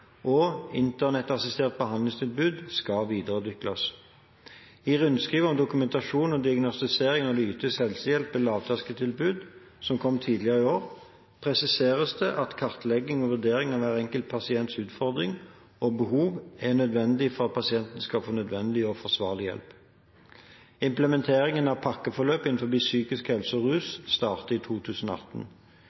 og internettassisterte behandlingstilbud skal videreutvikles. I rundskriv om dokumentasjon og diagnostisering når det ytes helsehjelp ved lavterskeltilbud, som kom tidligere i år, presiseres det at kartlegging og vurdering av hver enkelt pasients utfordringer og behov er nødvendig for at pasienten skal få nødvendig og forsvarlig hjelp. Implementeringen av pakkeforløp innenfor psykisk helse og rus starter i 2018.